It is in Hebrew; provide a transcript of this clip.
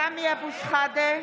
סמי אבו שחאדה,